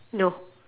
no